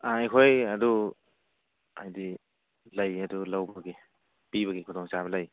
ꯑꯥ ꯑꯩꯈꯣꯏ ꯑꯗꯨ ꯍꯥꯏꯗꯤ ꯂꯩꯌꯦ ꯑꯗꯨ ꯂꯧꯕꯒꯤ ꯄꯤꯕꯒꯤ ꯈꯨꯗꯣꯡ ꯆꯥꯕ ꯂꯩ